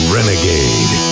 Renegade